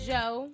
Joe